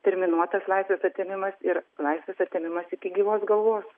terminuotas laisvės atėmimas ir laisvės atėmimas iki gyvos galvos